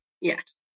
Yes